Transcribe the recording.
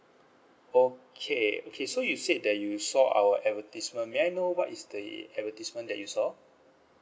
okay okay so you said that you saw our advertisement may I know what is the advertisement that you saw